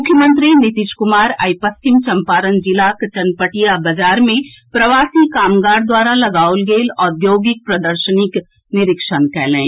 मुख्यमंत्री नीतीश कुमार आई पश्चिम चम्पारण जिलाक चनपटिया बाजार मे प्रवासी कामगार द्वारा लगाओल गेल औद्योगिक प्रदर्शनीक निरीक्षण कयलनि